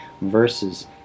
versus